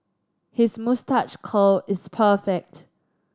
his moustache curl is perfect